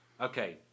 Okay